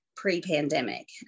pre-pandemic